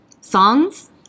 songs